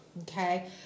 Okay